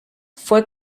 fue